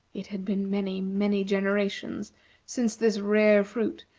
it had been many, many generations since this rare fruit,